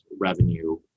revenue